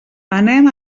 anem